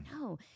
no